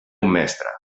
mestre